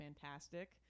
fantastic